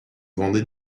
vendez